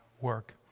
work